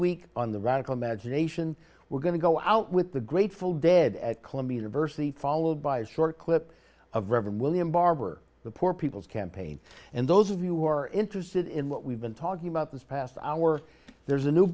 week on the radical magination we're going to go out with the grateful dead at columbia university followed by a short clip of reverend william barber the poor people's campaign and those of you who are interested in what we've been talking about this past hour there's a new